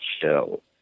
shell